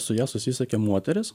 su ja susisiekė moteris